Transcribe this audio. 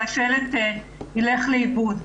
והשלט ילך לאיבוד.